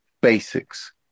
basics